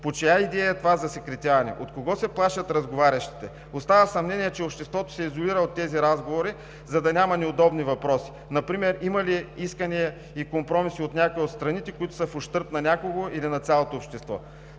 По чия идея е това засекретяване? От кого се плашат разговарящите? Остава съмнение, че обществото се изолира от тези разговори, за да няма неудобни въпроси – например има ли искания и компромиси от някоя от страните, които са в ущърб на някого или на цялото общество?